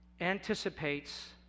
anticipates